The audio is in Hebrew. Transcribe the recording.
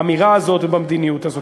באמירה הזאת ובמדיניות הזאת.